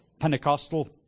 pentecostal